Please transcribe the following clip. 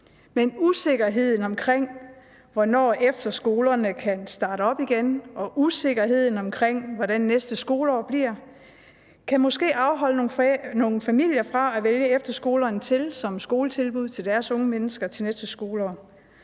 Men usikkerheden omkring, hvornår efterskolerne kan starte op igen, og usikkerheden omkring, hvordan næste skoleår bliver, kan måske afholde nogle familier fra at vælge efterskolerne til som skoletilbud til deres unge mennesker til næste skoleår.